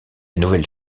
nouvelle